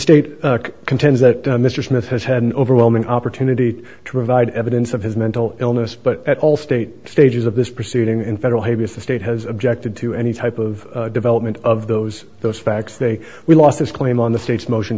state contends that mr smith has had an overwhelming opportunity to provide evidence of his mental illness but at allstate stages of this proceeding in federal habeas the state has objected to any type of development of those those facts they we lost his claim on the state's motion